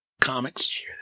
comics